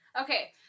Okay